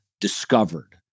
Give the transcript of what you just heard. discovered